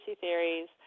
theories